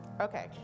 okay